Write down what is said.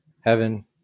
heaven